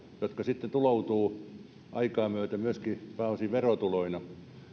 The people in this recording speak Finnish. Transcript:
jotka sitten tuloutuvat myöskin aikaa myöten pääosin verotuloina